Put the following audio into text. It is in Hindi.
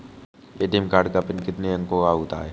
ए.टी.एम कार्ड का पिन कितने अंकों का होता है?